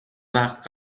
وقت